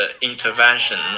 intervention